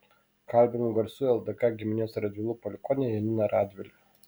kalbiname garsiųjų ldk giminės radvilų palikuonę janiną radvilę